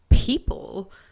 people